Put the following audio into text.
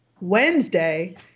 Wednesday